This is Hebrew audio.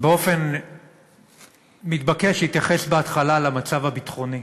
באופן מתבקש הוא התייחס בהתחלה למצב הביטחוני.